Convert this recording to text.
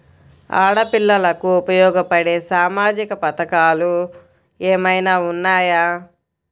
ఆడపిల్లలకు ఉపయోగపడే సామాజిక పథకాలు ఏమైనా ఉన్నాయా?